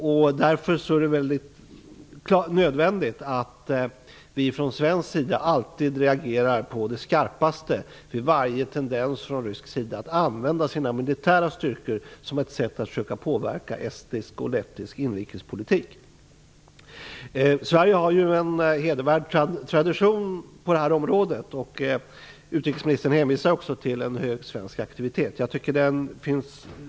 Det är därför i högsta grad nödvändigt att vi från svensk sida alltid reagerar å det skarpaste vid varje tendens från ryskt håll att använda sina militära styrkor som ett medel för att påverka estnisk och lettisk inrikespolitik. Sverige har ju en hedervärd tradition på det här området, och utrikesministern hänvisar också till en hög svensk aktivitet.